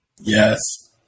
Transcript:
Yes